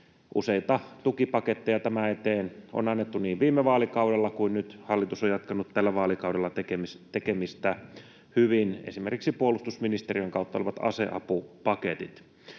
Useita tukipaketteja tämän eteen on annettu viime vaalikaudella, ja nyt hallitus on jatkanut tällä vaalikaudella hyvin tekemistä, esimerkiksi aseapupaketit puolustusministeriön kautta. Ministeri